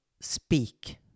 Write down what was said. speak